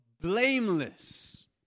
blameless